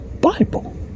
Bible